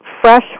Fresh